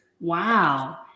wow